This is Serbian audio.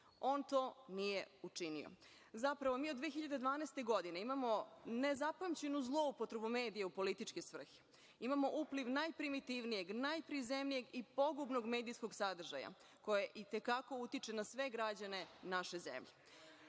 On to nije učinio. Zapravo, mi od 2012. godine imamo nezapamćenu zloupotrebu medija u političke svrhe. Imamo upliv najprimitivnijeg, najprizemnijeg i pogubnog medijskog sadržaja, koji i te kako utiče na sve građane naše zemlje. Da